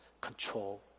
control